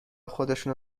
خودشونو